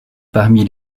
parmi